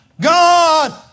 God